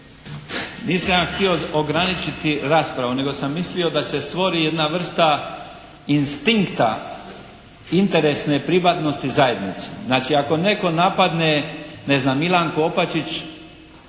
Nisam ja htio ograničiti raspravu, nego sam mislio da se stvori jedna vrsta instinkta interesne privatnosti zajednice. Znači ako netko napadne ne znam Milanku Opačić